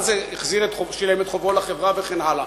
מה זה שילם את חובו לחברה וכן הלאה,